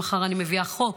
מחר אני מביאה חוק